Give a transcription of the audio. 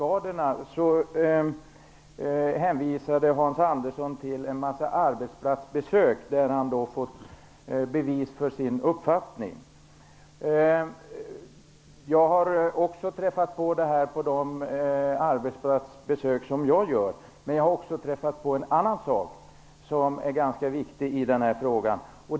Andersson till en massa arbetsplatsbesök där han fått bevis för sin uppfattning. Jag har också gjort den erfarenheten på de arbetsplatsbesök jag gör, men jag har också träffat på en annan sak som är viktig i den här frågan.